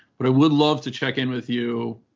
but i would love to check in with you,